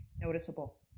noticeable